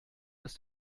dass